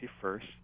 first